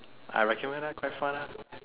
I recommend ah quite fun ah